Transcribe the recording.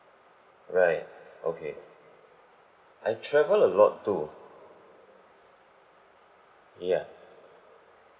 right okay I travel a lot too ya